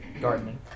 gardening